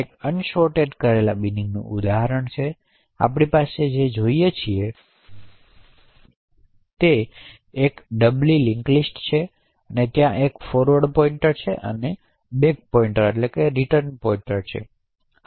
આ એક અનસોરટેડ કરેલા બિનિંગનું ઉદાહરણ છે તેથી આપણે અહીં જે જોઈએ છીએ તે છે કે ત્યાં એક ડબલ લિંક્સ લિસ્ટ છે તેથી ત્યાં એક ફોરવર્ડ પોઇન્ટર છે અને પાછા નિર્દેશક છે